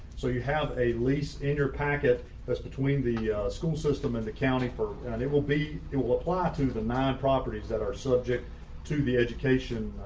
so you have a lease in your packet that's between the school system and the county for they will be it will apply to the non properties that are subject to the education,